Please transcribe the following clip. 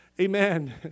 Amen